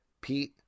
Pete